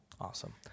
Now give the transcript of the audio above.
Awesome